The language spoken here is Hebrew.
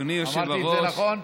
אמרתי את זה נכון?